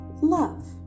love